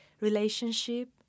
relationship